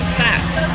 fact